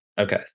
okay